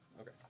Okay